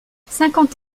cinquante